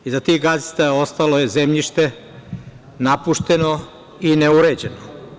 Iza tih gazdinstava ostalo je zemljište napušteno i neuređeno.